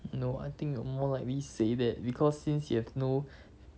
no I think you will more likely say that because since you have no